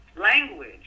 language